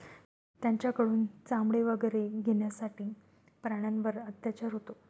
त्यांच्याकडून चामडे वगैरे घेण्यासाठी प्राण्यांवर अत्याचार होतो